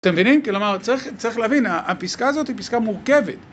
אתם מבינים? כלומר, צריך להבין, הפסקה הזאת היא פסקה מורכבת.